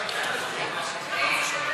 אנחנו מדברים על המנהיגים שבהם,